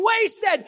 wasted